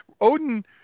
Odin